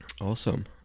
awesome